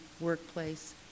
workplace